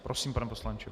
Prosím, pane poslanče.